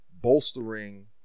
bolstering